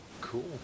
cool